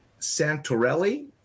Santorelli